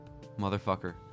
motherfucker